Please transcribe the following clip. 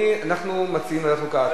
אנחנו מציעים ועדת חוקה.